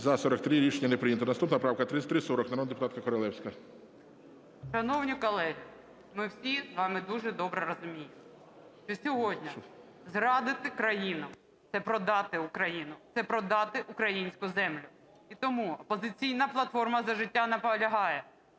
За-43 Рішення не прийнято. Наступна правка 3340. Народна депутатка Королевська. 17:31:07 КОРОЛЕВСЬКА Н.Ю. Шановні колеги, ми всі з вами дуже добре розуміємо, що сьогодні зрадити країну – це продати Україну, це продати українську землю. І тому "Опозиційна платформа – За життя" наполягає: